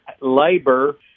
labor